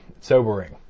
sobering